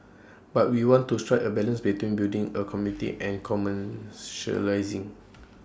but we want to strike A balance between building A community and commercialising